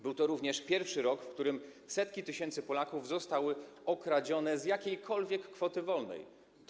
Był to również pierwszy rok, w którym setki tysięcy Polaków zostały okradzione z jakiejkolwiek kwoty wolnej od podatku.